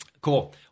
Cool